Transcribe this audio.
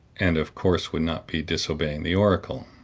and, of course would not be disobeying the oracle.